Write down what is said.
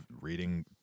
reading